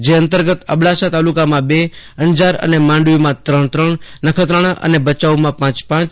જે અંતર્ગત અબકાસા તાલુકામાં બે અંજર માંડવીમાં ત્રણ નખત્રાણા અને ભયાઉમાં પાંચ પાંચ